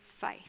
faith